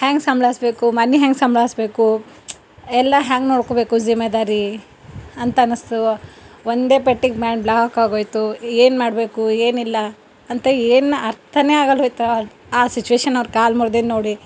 ಹೆಂಗೆ ಸಂಭಾಯಿಸ್ಬೇಕು ಮನೆ ಹೆಂಗೆ ಸಂಭಾಯಿಸ್ಬೇಕು ಎಲ್ಲ ಹ್ಯಾಂಗ ನೋಡಿಕೋಬೇಕು ಜಿಮೆದಾರಿ ಅಂತ ಅನಿಸ್ತು ಒಂದೇ ಪೆಟ್ಟಿಗೆ ಮೆಂಡ್ ಬ್ಲಾಕಾಗಿ ಹೋಯಿತು ಏನು ಮಾಡಬೇಕು ಏನಿಲ್ಲಾ ಅಂತ ಏನು ಅರ್ಥ ಆಗಲ್ದೆ ಹೋಯ್ತು ಆ ಸಿಚ್ಯುವೇಶನಲ್ಲಿ ಅವ್ರು ಕಾಲು ಮುರ್ದಿದ್ದು ನೋಡಿ